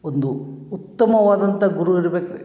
ಒಂದು ಉತ್ತಮವಾದಂಥ ಗುರು ಇರ್ಬೇಕು ರೀ